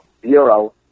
bureau